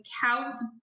counts